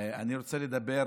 אני רוצה לדבר